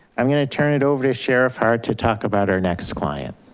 i'm going to turn it over to sheriff hart to talk about our next client.